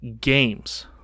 games